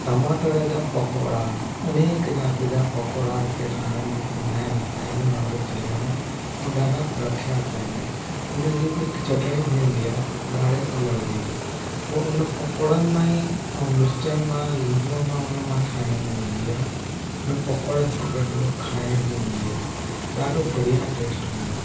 टमाटर जा पकौड़ा अनेक ज़ाति जा पकौड़ा हिते ठाहिण में ईंदा आहिनि असांजे जूनागढ़ ज़िले में ऐं ॾाढा प्रख्यात आहिनि उन जी बि हिकु चटिणी थींदी आ ॻाढ़े कलरु जी उहो उन पकौड़नि मां ई ऐं मिर्चनि मां लींबूअ मां उन मां ठाहिण में ईंदी आहे हुन पकौड़े सां गॾु उहा खाइण जी हूंदी आहे ॾाढो बढ़िया टेस्ट हूंदो आहे